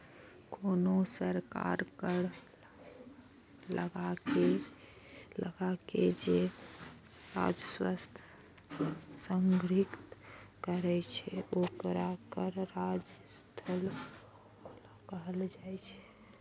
कोनो सरकार कर लगाके जे राजस्व संग्रहीत करै छै, ओकरा कर राजस्व कहल जाइ छै